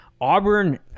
Auburn